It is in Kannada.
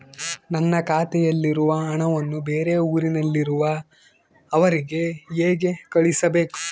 ನನ್ನ ಖಾತೆಯಲ್ಲಿರುವ ಹಣವನ್ನು ಬೇರೆ ಊರಿನಲ್ಲಿರುವ ಅವರಿಗೆ ಹೇಗೆ ಕಳಿಸಬೇಕು?